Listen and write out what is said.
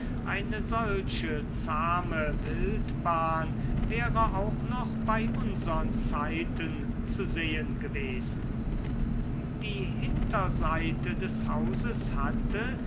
eine solche zahme wildbahn wäre auch noch bei unsern zeiten zu sehen gewesen die hinterseite des hauses hatte